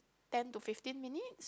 ten to fifteen minutes